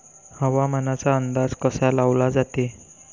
हवामानाचा अंदाज कसा लावला जाते?